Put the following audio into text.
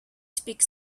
speak